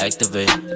Activate